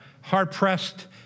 Hard-pressed